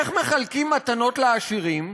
איך מחלקים מתנות לעשירים?